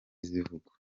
zivugwa